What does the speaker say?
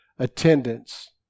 attendance